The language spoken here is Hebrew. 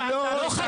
הם לא רוצחים.